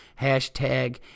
hashtag